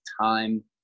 time